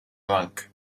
monk